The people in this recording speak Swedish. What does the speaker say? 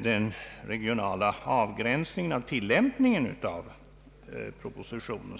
den regionala avgränsningen i fråga om tilllämpningen av förslaget i propositionen.